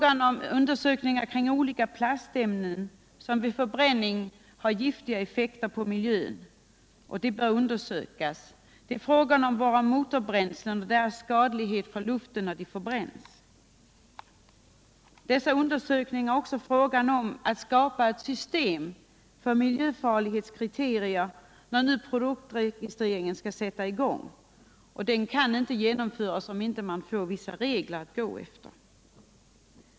Andra undersökningar gäller olika plastämnen som vid förbränning får giftiga effekter på miljön samt de skador som motorbränslena åstadkommer när de förbränns. Dessa undersökningar går också ut på att det skall skapas ett system för miljöfarlighetskriterier när nu produktregistreringen har påbörjats — den kan inte genomföras om man inte får vissa regler att gå efter.